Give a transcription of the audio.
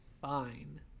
fine